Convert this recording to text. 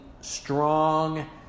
strong